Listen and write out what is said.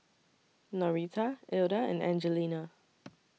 Norita Ilda and Angelina